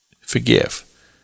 forgive